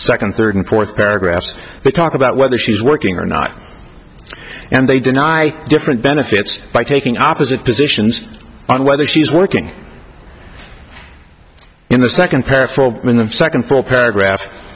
second third and fourth paragraphs they talk about whether she's working or not and they deny different benefits by taking opposite positions on whether she's working in the second pair in the second full paragraph